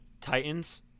Titans